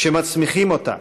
שמצמיחים אותה,